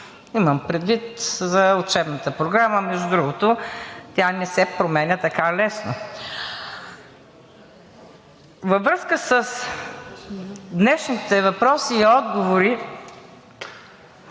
имам предвид за учебната програма. Между другото, тя не се променя така лесно. Във връзка с днешните въпроси и отговори